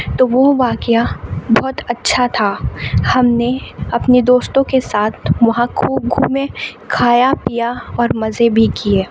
تو وہ واقعہ بہت اچھا تھا ہم نے اپنے دوستوں کے ساتھ وہاں خوب گھومے کھایا پیا اور مزے بھی کیے